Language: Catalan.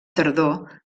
tardor